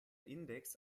index